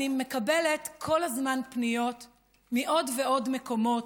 אני מקבלת כל הזמן פניות מעוד ועוד מקומות,